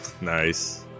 Nice